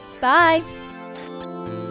Bye